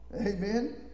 Amen